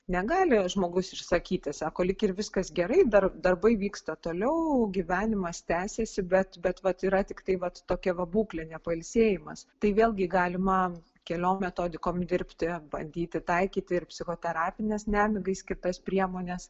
negali žmogus išsakyti sako lyg ir viskas gerai dar darbai vyksta toliau gyvenimas tęsiasi bet bet vat yra tiktai vat tokia būklė nepailsėjimas tai vėlgi galima keliom metodikom dirbti bandyti taikyti ir psichoterapines nemigai skirtas priemones